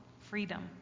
freedom